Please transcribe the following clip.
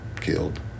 killed